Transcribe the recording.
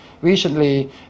Recently